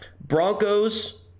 Broncos